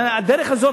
הדרך הזאת,